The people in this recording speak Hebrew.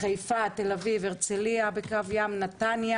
חיפה, תל אביב, הרצליה בקו ים, נתניה